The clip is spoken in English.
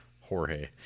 Jorge